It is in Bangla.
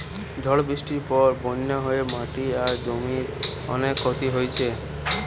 ঝড় বৃষ্টির পরে বন্যা হয়ে মাটি আর জমির অনেক ক্ষতি হইছে